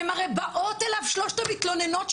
הן הרי באות אליו שלושת המתלוננות,